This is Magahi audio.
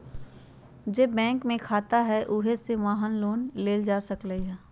जे बैंक में खाता हए उहे बैंक से वाहन लोन लेल जा सकलई ह